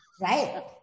right